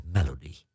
Melody